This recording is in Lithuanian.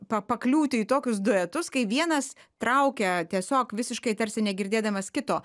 pa pakliūti į tokius duetus kai vienas traukia tiesiog visiškai tarsi negirdėdamas kito